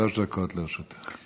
בבקשה, שלוש דקות לרשותך.